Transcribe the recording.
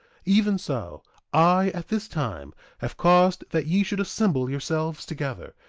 even so i at this time have caused that ye should assemble yourselves together,